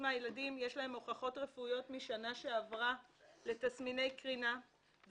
מהילדים יש להם הוכחות רפואיות משנה שעברה לתסמיני קרינה.